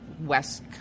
West